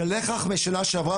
בשנה שעברה,